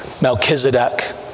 Melchizedek